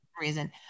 reason